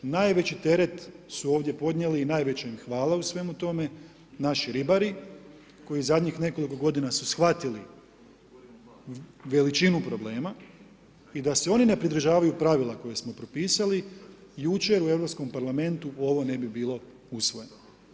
Najveći teret su ovdje podnijeli i najveće im hvala u svemu tome, naši ribari, koji u zadnjih nekoliko g. su shvatili veličinu problema i da se oni ne pridržavaju pravila koje smo propisali jučer u Europskom parlamentu, ovo ne bi bilo usvojeno.